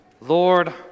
Lord